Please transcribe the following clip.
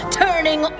turning